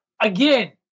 again